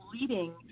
leading